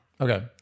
Okay